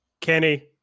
Kenny